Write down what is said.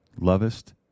lovest